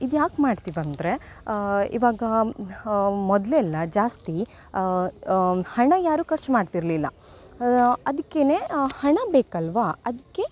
ಇದು ಯಾಕೆ ಮಾಡ್ತೀವಿ ಅಂದರೆ ಇವಾಗ ಮೊದಲೆಲ್ಲ ಜಾಸ್ತಿ ಹಣ ಯಾರೂ ಖರ್ಚು ಮಾಡ್ತಿರಲಿಲ್ಲ ಅದಕ್ಕೇ ಹಣ ಬೇಕಲ್ಲವಾ ಅದಕ್ಕೆ